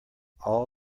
all